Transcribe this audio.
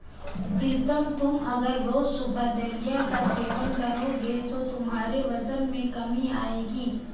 प्रीतम तुम अगर रोज सुबह दलिया का सेवन करोगे तो तुम्हारे वजन में कमी आएगी